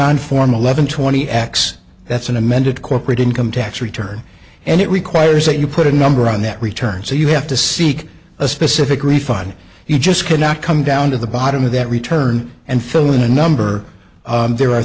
on form a level twenty x that's an amended corporate income tax return and it requires that you put a number on that return so you have to seek a specific refund you just cannot come down to the bottom of that return and fill in a number there are